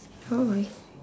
oh my